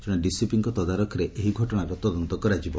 ଜଣେ ଡିସିପିଙ୍ ତଦାରଖରେ ଏହି ଘଟଶାର ତଦନ୍ତ କରାଯିବ